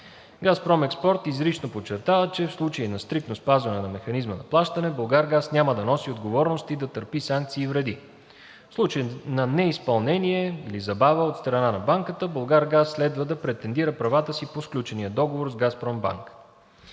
„Газпром Експорт“ изрично подчертава, че в случай на стриктно спазване на механизма на плащане „Булгаргаз“ няма да носи отговорност и да търпи санкции и вреди. В случай на неизпълнение или забава от страна на банката „Булгаргаз“ следва да претендира правата си по сключения договор с „Газпромбанк“.